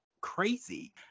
crazy